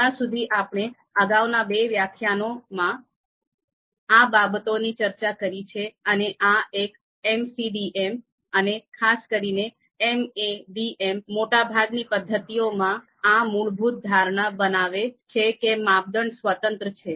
હમણાં સુધી આપણે અગાઉના બે વ્યાખ્યાનોમાં આ બાબતોની ચર્ચા કરી છે અને આ એક MCDM અને ખાસ કરીને MADM મોટાભાગની પદ્ધતિઓમાં આ મૂળભૂત ધારણા બનાવે છે કે માપદંડ સ્વતંત્ર છે